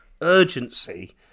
urgency